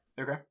Okay